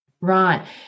Right